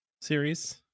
series